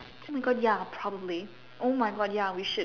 oh my God ya probably oh my God ya we should